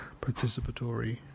participatory